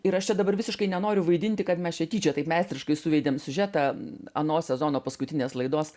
ir aš čia dabar visiškai nenoriu vaidinti kad mes čia tyčia taip meistriškai suvedėm siužetą ano sezono paskutinės laidos